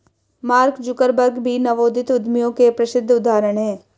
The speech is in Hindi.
मार्क जुकरबर्ग भी नवोदित उद्यमियों के प्रसिद्ध उदाहरण हैं